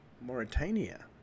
Mauritania